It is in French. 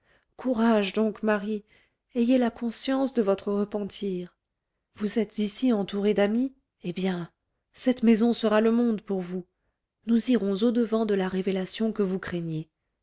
courage donc marie ayez la conscience de votre repentir vous êtes ici entourée d'amis eh bien cette maison sera le monde pour vous nous irons au-devant de la révélation que vous craignez